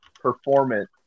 performance